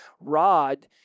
rod